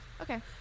Okay